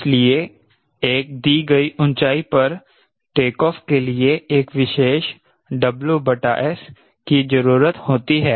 इसलिए एक दी गई ऊंचाई पर टेकऑफ़ के लिए एक विशेष WS की जरूरत होती हैं